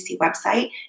website